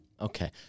Okay